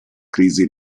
crisi